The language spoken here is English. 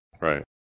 right